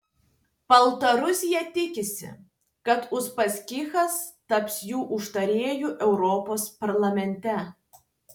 baltarusija tikisi kad uspaskichas taps jų užtarėju europos parlamente